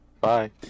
Bye